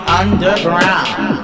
underground